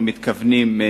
האם אנחנו מתכוונים,